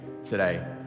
today